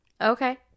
Okay